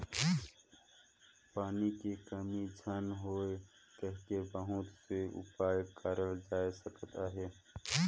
पानी के कमी झन होए कहिके बहुत से उपाय करल जाए सकत अहे